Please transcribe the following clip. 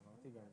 להבנתי,